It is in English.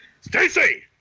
Stacy